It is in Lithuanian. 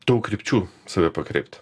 daug krypčių save pakreipt